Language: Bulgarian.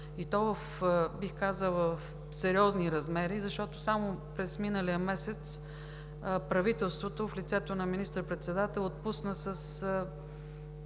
в сериозни размери – само през миналия месец правителството в лицето на министър-председателя отпусна с